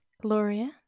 Gloria